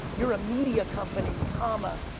you're a media company, comma,